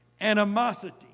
animosity